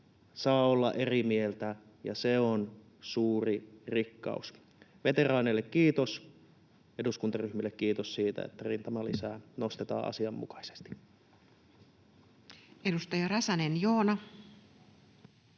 Saa olla eri mieltä, ja se on suuri rikkaus. Veteraaneille kiitos. Eduskuntaryhmille kiitos siitä, että rintamalisää nostetaan asianmukaisesti. Edustaja Räsänen, Joona.